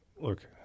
look